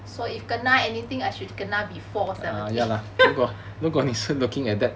so if kena anything I should kena before the age